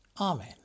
Amen